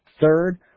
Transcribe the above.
Third